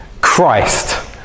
christ